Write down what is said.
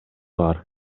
бар